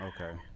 okay